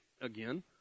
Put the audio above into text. again